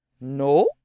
No